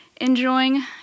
enjoying